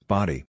Body